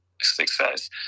success